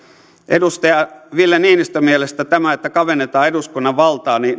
edustaja ville niinistön mielestä tämä että kavennetaan eduskunnan valtaa